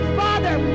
father